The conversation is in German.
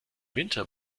winter